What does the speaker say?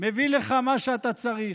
מביא לך מה שאתה צריך,